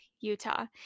Utah